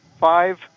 five